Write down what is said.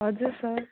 हजुर सर